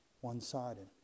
one-sided